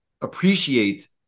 appreciate